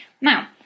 Now